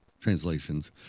translations